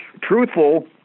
truthful